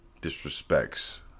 disrespects